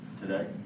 today